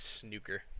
Snooker